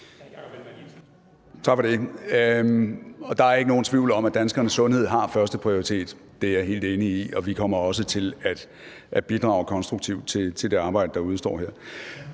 Tak for det. Der er ikke nogen tvivl om, at danskernes sundhed har førsteprioritet – det er jeg helt enig i. Og vi kommer også til at bidrage konstruktivt til det arbejde, der udestår.